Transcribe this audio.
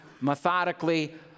methodically